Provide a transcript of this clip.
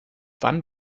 wann